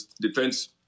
Defense